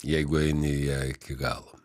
jeigu eini į ją galo